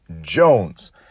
Jones